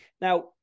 Now